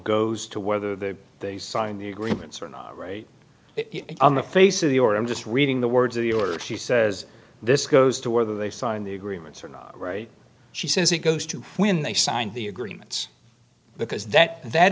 goes to whether the they signed the agreements or not write it on the face of the or i'm just reading the words of the order she says this goes to whether they sign the agreements or not right she says it goes to when they signed the agreements because that that